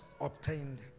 obtained